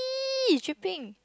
!ee! shipping